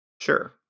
Sure